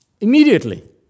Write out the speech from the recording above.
Immediately